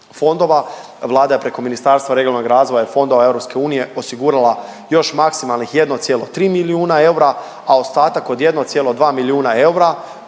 fondova, Vlada je preko Ministarstva regionalnog razvoja i fondova EU osigurala još maksimalnih 1,3 milijuna eura, a ostatak od 1,2 milijuna eura